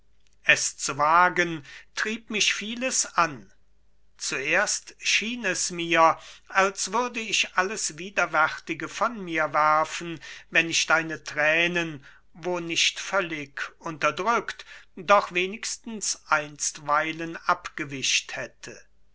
es zu wagen trieb mich vieles an zuerst schien es mir als würde ich alles widerwärtige von mir werfen wenn ich deine thränen wo nicht völlig unterdrückt doch wenigstens einstweilen abgewischt hätte